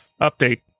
Update